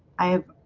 i